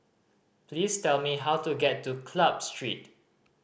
please tell me how to get to Club Street